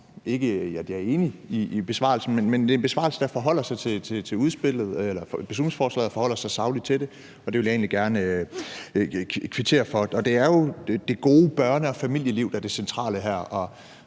ikke at jeg er enig i besvarelsen, men det er en besvarelse, der forholder sig til udspillet og beslutningsforslaget. Det forholder sig sagligt til det, og det vil jeg egentlig gerne kvittere for. Det er jo det gode børne- og familieliv, der er det centrale her,